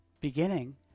beginning